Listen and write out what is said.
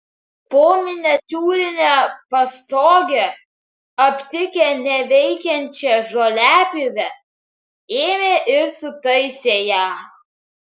po miniatiūrine pastoge aptikę neveikiančią žoliapjovę ėmė ir sutaisė ją